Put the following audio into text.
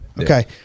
Okay